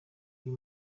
uyu